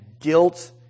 guilt